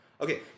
Okay